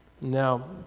Now